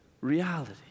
reality